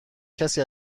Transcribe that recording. کسی